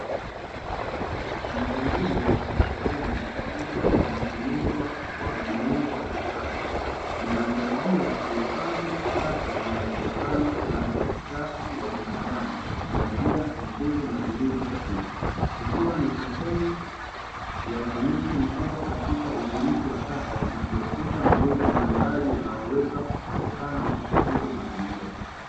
Miundombinu na chooni ikiwa imetengenezwa kwa muundo wa kisasa, inayosaidia kuhifadhi taka zinazotokana na uchafu wa binadamu kwa njia nzuri na zilizo, sahihi ikiwa ni sehemu ya ufanisi mkubwa katika udhibiti wa taka na kuepusha magonjwa mbalimbali yanayo weza kutokana na uchafuzi wa mazingira.